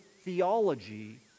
theology